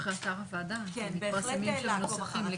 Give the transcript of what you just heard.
כדאי לעקוב אחרי אתר הוועדה, מפורסמים שם נוסחים.